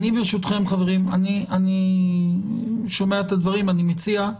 ברשותכם, אני שומע את הדברים, אני מציע,